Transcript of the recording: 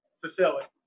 facility